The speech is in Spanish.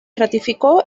ratificó